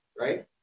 right